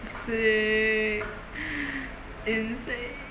sick insane